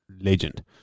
legend